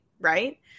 right